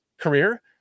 career